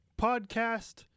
Podcast